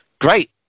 great